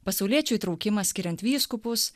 pasauliečių įtraukimas skiriant vyskupus